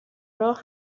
راه